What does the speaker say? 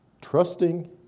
trusting